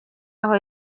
aho